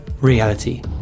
reality